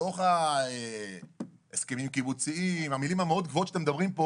בתוך ההסכמים הקיבוציים והמילים המאוד גבוהות שאתם מדברים פה